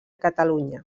catalunya